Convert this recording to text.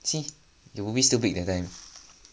see you always stupid that time